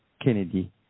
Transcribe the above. Kennedy